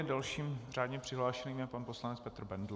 Dalším řádně přihlášeným je pan poslanec Petr Bendl.